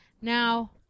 Now